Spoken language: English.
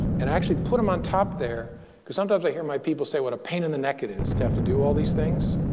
and i actually put them on top there because sometimes i hear my people say what a pain in the neck. it is to have to do all these things.